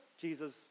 Jesus